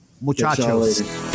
muchachos